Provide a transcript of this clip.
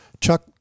Chuck